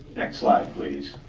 next slide, please.